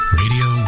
radio